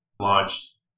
launched